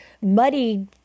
muddy